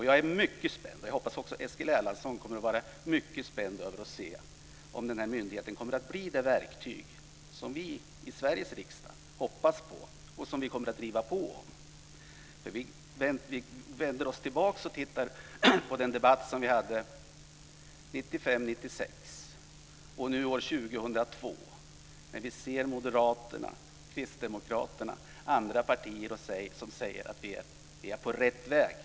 Jag är mycket spänd inför om myndigheten kommer att bli det verktyg som vi i Sveriges riksdag hoppas på. Jag hoppas att också Eskil Erlandsson är det. Vi kommer att driva på för det. Vi kan se tillbaka på den debatt vi hade 1995 och 1996. Nu, år 2002, kan vi se Moderaterna, Kristdemokraterna och andra partier säga att vi är på rätt väg.